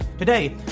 Today